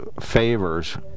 favors